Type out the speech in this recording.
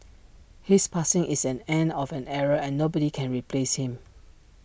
his passing is an end of an era and nobody can replace him